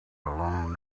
long